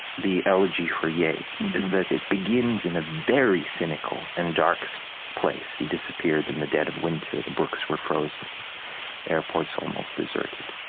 the elegy for yeats is that it begins in a very cynical and dark so place. he disappeared in the dead of winter the brooks were frozen, the airports almost deserted.